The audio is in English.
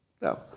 No